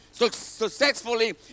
successfully